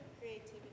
Creativity